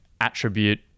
attribute